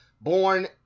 born